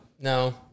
no